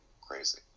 crazy